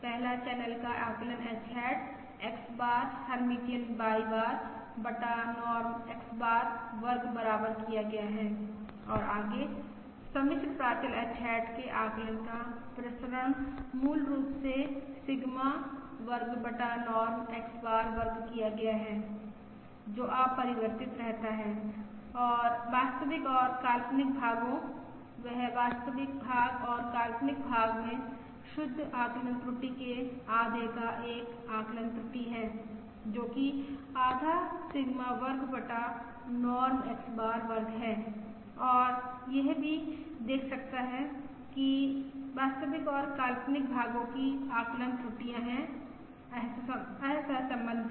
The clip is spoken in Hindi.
पहला चैनल का आकलन h hat X bar Hermitian Y bar बटा नॉर्म X बार वर्ग बराबर किया गया है और आगे सम्मिश्र प्राचल h हैट के आकलन का प्रसरण मूल रूप से सिग्मा वर्ग बटा नॉर्म X बार वर्ग किया गया है जो अपरिवर्तित रहता है और वास्तविक और काल्पनिक भागों वह वास्तविक भाग और काल्पनिक भाग में शुद्ध आकलन त्रुटि के आधे का एक आकलन त्रुटि है जो कि आधा सिग्मा वर्ग बटा नॉर्म X बार वर्ग है और एक यह भी देख सकता है कि वास्तविक और काल्पनिक भागों की आकलन त्रुटियां असहसंबद्ध हैं